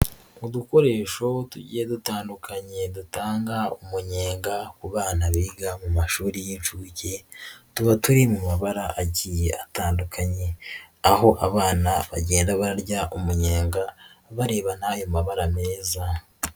Udukoresho tugiye dutandukanye dutanga umunyenga ku bana biga mu mashuri y'inshuke, tuba turi mu mabara agiye atandukanye aho abana bagenda bararya umunyenga bareba n'ayo mabara meza.